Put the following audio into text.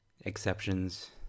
exceptions